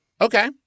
Okay